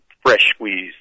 fresh-squeezed